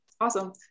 Awesome